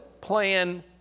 plan